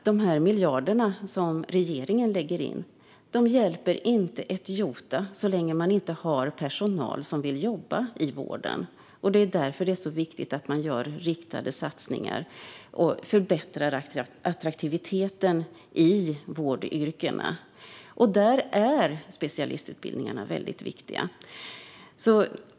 De miljarder som regeringen lägger in hjälper inte ett jota så länge det inte finns personal som vill jobba i vården. Det är därför det är så viktigt med riktade satsningar för att förbättra attraktiviteten i vårdyrkena. Där är specialistutbildningarna viktiga.